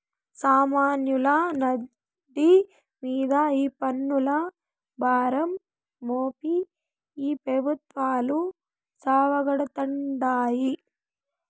సామాన్యుల నడ్డి మింద ఈ పన్నుల భారం మోపి ఈ పెబుత్వాలు సావగొడతాండాయి